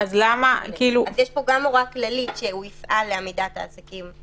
אז יש פה גם הוראה כללית שהוא יפעל לעמידת העסקים בהוראות.